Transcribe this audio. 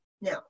Now